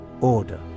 Order